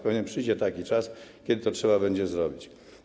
Pewnie przyjdzie taki czas, kiedy trzeba będzie to zrobić.